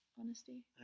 honesty